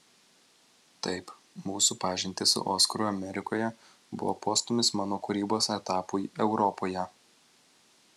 taip mūsų pažintis su oskaru amerikoje buvo postūmis mano kūrybos etapui europoje